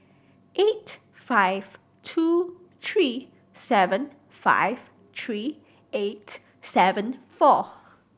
eight five two three seven five three eight seven four